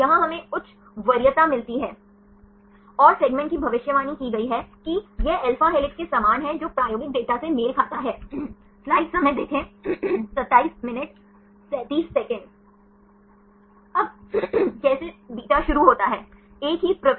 इसलिए GNR computational model का उपयोग करते हैं सही और फिर उस टकराव के आधार पर उन्होंने अनुमत क्षेत्रों को निर्धारित किया और स्टेरिक इंटरैक्शन के आधार पर क्षेत्र को अस्वीकृत कर दिया